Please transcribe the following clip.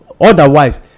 otherwise